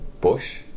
bush